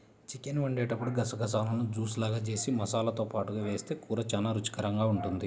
chicken వండేటప్పుడు గసగసాలను juice లాగా జేసి మసాలాతో పాటుగా వేస్తె కూర చానా రుచికరంగా ఉంటది